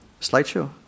Slideshow